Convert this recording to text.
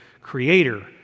creator